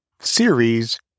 series